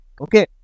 okay